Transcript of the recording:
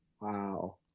wow